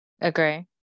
Agree